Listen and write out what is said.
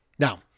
Now